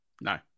no